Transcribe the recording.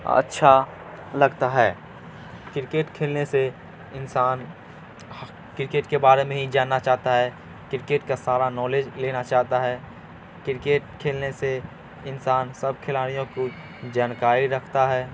اچھا لگتا ہے کرکٹ کھیلنے سے انسان کرکٹ کے بارے میں ہی جاننا چاہتا ہے کرکٹ کا سارا نالج لینا چاہتا ہے کرکٹ کھیلنے سے انسان سب کھلاڑیوں کو جانکاری رکھتا ہے